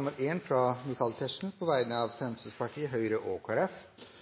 nr. 1, fra Michael Tetzschner på vegne av Fremskrittspartiet, Høyre og